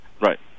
Right